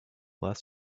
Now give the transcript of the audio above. less